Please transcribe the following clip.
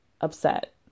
upset